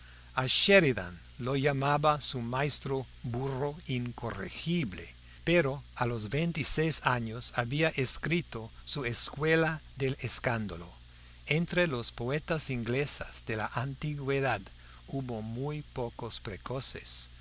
sheridan lo llamaba su maestro burro incorregible pero a los veintiséis años había escrito su escuela del escándalo entre los poetas ingleses de la antigüedad hubo muy pocos precoces